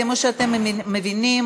כמו שאתם מבינים,